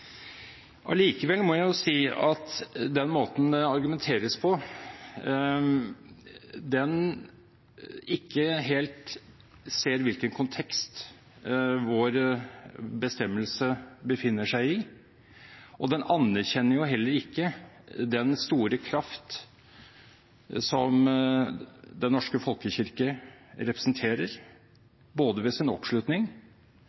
Allikevel må jeg si at når det gjelder den måten det argumenteres på, ser en ikke helt hvilken kontekst vår bestemmelse befinner seg i, og en anerkjenner jo heller ikke den store kraft som den norske folkekirke representerer, både ved sin oppslutning